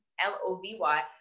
L-O-V-Y